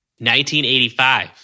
1985